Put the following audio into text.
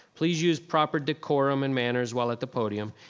please use proper decorum and manners while at the podium.